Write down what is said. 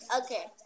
Okay